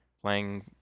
playing